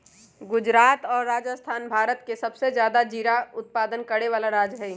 गुजरात और राजस्थान भारत के सबसे ज्यादा जीरा उत्पादन करे वाला राज्य हई